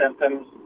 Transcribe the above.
symptoms